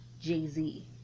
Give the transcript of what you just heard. Jay-Z